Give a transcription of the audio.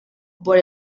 por